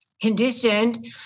conditioned